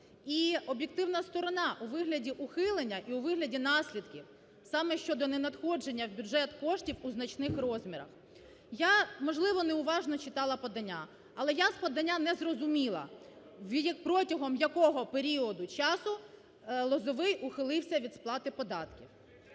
і об'єктивна сторона у вигляді ухилення і у вигляді наслідків саме щодо ненадходження в бюджет коштів у значних розмірах. Я, можливо, неуважно читала подання, але я з подання не зрозуміла, протягом якого періоду часу Лозовой ухилився від сплати податків.